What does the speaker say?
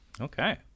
Okay